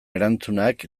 erantzunak